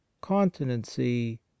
continency